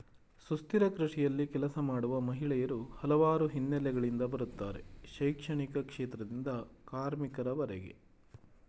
ಸುಸ್ಥಿರ ಕೃಷಿಯಲ್ಲಿ ಕೆಲಸ ಮಾಡುವ ಮಹಿಳೆಯರು ಹಲವಾರು ಹಿನ್ನೆಲೆಗಳಿಂದ ಬರುತ್ತಾರೆ ಶೈಕ್ಷಣಿಕ ಕ್ಷೇತ್ರದಿಂದ ಕಾರ್ಮಿಕರವರೆಗೆ